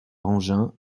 engins